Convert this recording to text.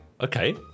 okay